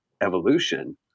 evolution